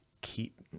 keep